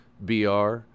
BR